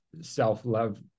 self-love